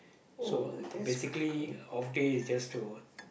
so basically off day is just to